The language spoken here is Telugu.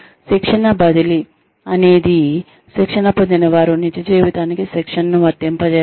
శిక్షణ బదిలీ అనేది శిక్షణ పొందినవారు నిజ జీవితానికి శిక్షణను వర్తింపజేస్తారు